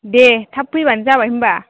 दे थाब फैबानो जाबाय होमबा